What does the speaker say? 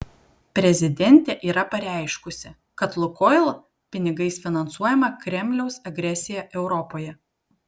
prezidentė yra pareiškusi kad lukoil pinigais finansuojama kremliaus agresija europoje